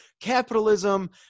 capitalism